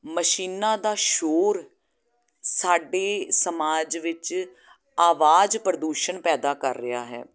ਮਸ਼ੀਨਾਂ ਦਾ ਸ਼ੋਰ ਸਾਡੇ ਸਮਾਜ ਵਿੱਚ ਆਵਾਜ਼ ਪ੍ਰਦੂਸ਼ਣ ਪੈਦਾ ਕਰ ਰਿਹਾ ਹੈ